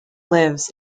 lives